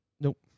Nope